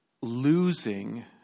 losing